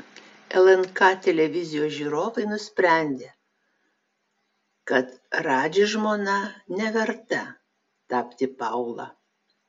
lnk televizijos žiūrovai nusprendė kad radži žmona neverta tapti paula